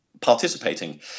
participating